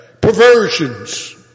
perversions